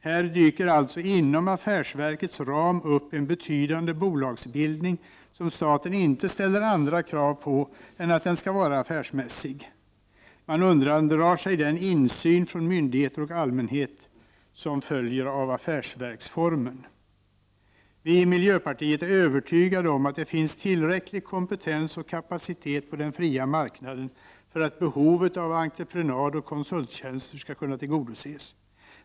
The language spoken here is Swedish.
Här dyker alltså inom affärsverkets ram upp en betydande bolagsbildning som staten inte ställer andra krav på än att den skall vara affärsmässig. Man undandrar sig den insyn från myndigheter och allmänhet som följer av affärsverksformen. Vi i miljöpartiet är övertygade om att det finns tillräcklig kompetens och kapacitet på den fria marknaden för att behovet av entreprenadoch konsulttjänster skall kunna tillgodoses.